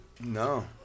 No